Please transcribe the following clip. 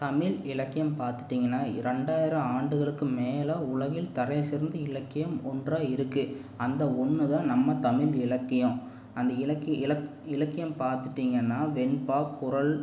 தமிழ் இலக்கியம் பார்த்துட்டீங்கன்னா இரண்டாயிரம் ஆண்டுகளுக்கு மேலே உலகில் தலைசிறந்த இலக்கியம் ஒன்றாக இருக்குது அந்த ஒன்றுதான் நம்ம தமிழ் இலக்கியம் அந்த இலக்கி இலக் இலக்கியம் பார்த்துட்டீங்கன்னா வெண்பா குரல்